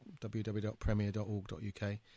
www.premier.org.uk